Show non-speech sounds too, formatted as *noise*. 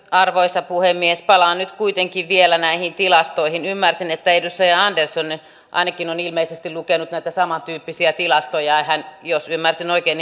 arvoisa puhemies palaan nyt kuitenkin vielä näihin tilastoihin ymmärsin että edustaja andersson ainakin on ilmeisesti lukenut näitä samantyyppisiä tilastoja ja jos ymmärsin oikein *unintelligible*